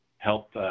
help